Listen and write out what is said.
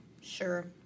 Sure